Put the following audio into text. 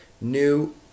new